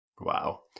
Wow